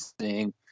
seeing